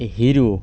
hero